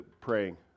praying